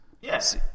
Yes